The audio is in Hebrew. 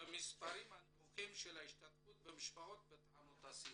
למספרים הנמוכים של השתתפות המשפחות בתחנות הסיוע?